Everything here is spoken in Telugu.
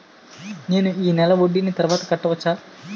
నేను ఈ నెల వడ్డీని తర్వాత కట్టచా?